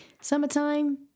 Summertime